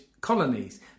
Colonies